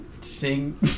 sing